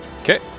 Okay